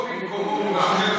נתקבלה.